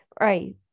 right